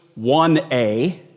1A